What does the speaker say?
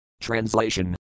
Translation